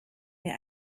mir